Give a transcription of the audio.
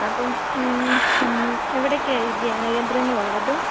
അപ്പം മ്മ് മ്മ് എവിടെയൊക്കെയാണ് ഈ ധ്യാനകേന്ദ്രങ്ങളുള്ളത്